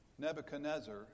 Nebuchadnezzar